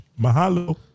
Mahalo